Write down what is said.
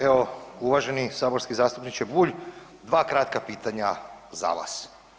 Evo uvaženi saborski zastupniče Bulj, dva kratka pitanja za vas.